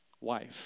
wife